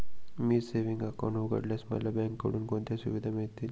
मी savings account उघडल्यास मला बँकेकडून कोणत्या सुविधा मिळतील?